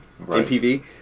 MPV